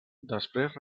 després